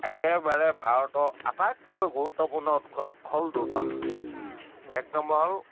একেবাৰে ভাৰতৰ আটাইতকৈ গুৰুত্বপূৰ্ণ উৎসৱ হ'ল দুটা এক নম্বৰ হ'ল